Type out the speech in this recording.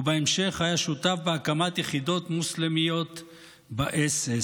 ובהמשך היה שותף בהקמת יחידות מוסלמיות באס.אס.